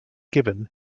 given